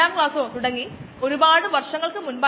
നമുക്ക് കുറച്ച് ഇൻപുട്ടും കുറച്ച് ഔട്പുട്ടും ഉണ്ടായിരിക്കാം